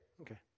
Okay